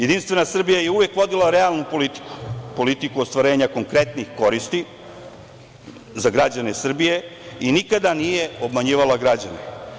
Jedinstvena Srbija je uvek vodila realnu politiku, politiku ostvarenja konkretnih koristi za građane Srbije i nikada nije obmanjivala građane.